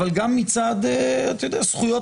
אבל גם מצד זכויות